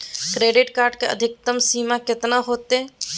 Credit card के अधिकतम सीमा कितना होते?